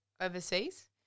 overseas